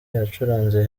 yacuranze